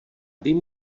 vím